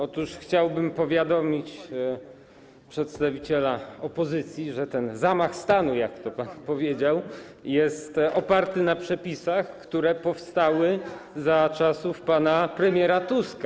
Otóż chciałbym powiadomić przedstawiciela opozycji, że ten zamach stanu, jak to pan powiedział, jest oparty na przepisach, które powstały za czasów pana premiera Tuska.